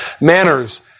manners